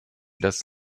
das